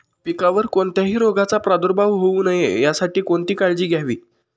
पिकावर कोणत्याही रोगाचा प्रादुर्भाव होऊ नये यासाठी कोणती काळजी घ्यावी?